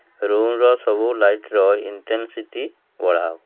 ରୁମ୍ର ସବୁ ଲାଇଟ୍ର ଇଣ୍ଟେନ୍ସିଟି ବଢ଼ାଅ